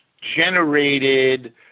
generated